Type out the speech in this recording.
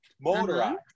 motorized